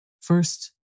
First